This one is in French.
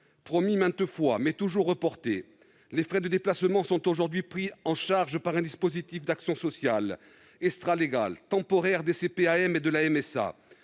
promis maintes fois, mais toujours reporté, les frais de déplacement sont aujourd'hui pris en charge par un dispositif d'action sociale extra-légal temporaire des caisses primaires